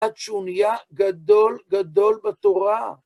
עד שהוא נהיה גדול, גדול בתורה.